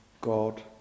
God